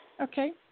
Okay